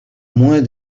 moins